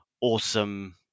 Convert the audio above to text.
awesome